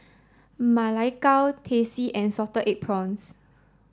Ma Lai Gao Teh C and Salted Egg Prawns